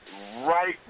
Right